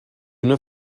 una